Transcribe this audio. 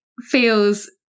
feels